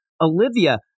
Olivia